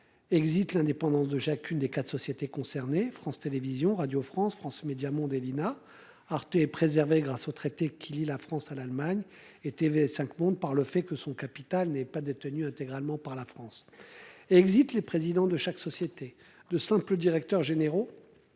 Exit l'indépendance de chacune des 4 sociétés concernées. France Télévisions, Radio France, France Médias Monde et l'INA Arte. Grâce aux traités qui lient la France à l'Allemagne et TV5 Monde, par le fait que son capital n'est pas détenue intégralement par la France. Exit les présidents de chaque société de simples directeurs généraux.